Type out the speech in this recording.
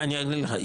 אני אענה לך,